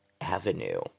Avenue